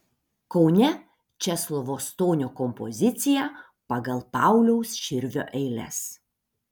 kaune česlovo stonio kompozicija pagal pauliaus širvio eiles